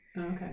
Okay